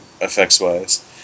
effects-wise